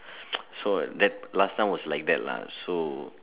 so last time was like that lah so